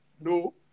No